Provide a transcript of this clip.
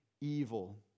evil